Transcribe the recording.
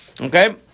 okay